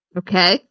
okay